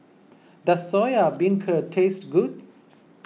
does Soya Beancurd taste good